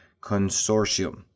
Consortium